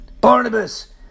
Barnabas